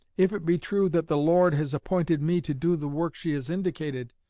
if it be true that the lord has appointed me to do the work she has indicated,